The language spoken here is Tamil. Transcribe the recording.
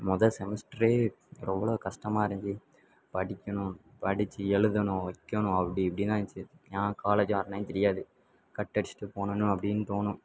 மொதல் செமஸ்ட்ரே எவ்வளோ கஷ்டமா இருந்துச்சி படிக்கணும் படித்து எழுதணும் வைக்கணும் அப்படி இப்படின்னு ஆகிருச்சி ஏன் காலேஜி வாரோன்னே தெரியாது கட் அடிச்சுட்டு போகணுன்னு அப்படின்னு தோணும்